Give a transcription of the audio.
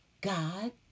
God